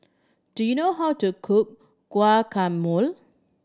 do you know how to cook Guacamole